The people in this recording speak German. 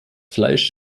fleisch